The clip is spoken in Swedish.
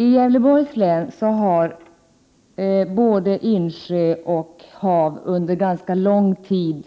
I Gävleborgs län har både insjöar och hav under ganska lång tid